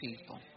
people